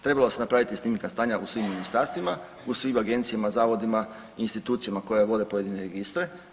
Trebala se napraviti snimka stanja u svim ministarstvima, u svim agencijama, zavodima i institucijama koje vode pojedine registre.